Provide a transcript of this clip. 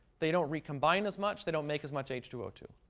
they don't recombine as much. they don't make as much h two o two.